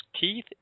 Keith